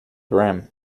brim